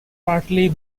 partly